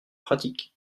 pratique